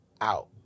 out